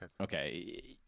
Okay